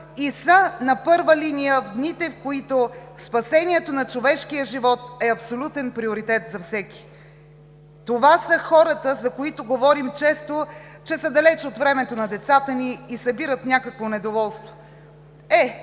и са на първа линия в дните, в които спасението на човешкия живот е абсолютен приоритет за всеки. Това са хората, за които говорим често, че са далеч от времето на децата ни и събират някакво недоволство. Те